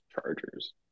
Chargers